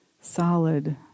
solid